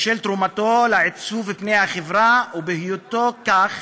בשל תרומתו לעיצוב פני החברה ובהיותו כזה,